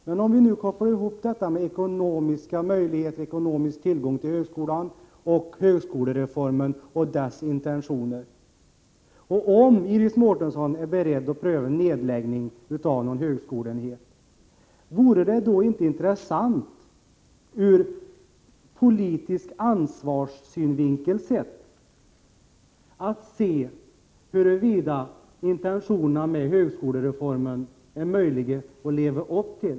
Men om vi kopplar ihop de ekonomiska möjligheterna att studera vid högskolan med högskolereformens intentioner och om Iris Mårtensson är beredd att pröva nedläggning av någon högskoleenhet, vore det då inte intressant — ur politisk ansvarssynvinkel sett — att se huruvida intentionerna med högskolereformen är möjliga att leva upp till?